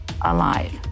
alive